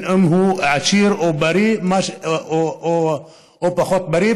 אם הוא בריא או פחות בריא,